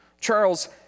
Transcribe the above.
Charles